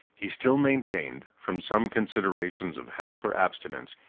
he still maintained, from some considerations of health or abstinence,